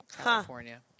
California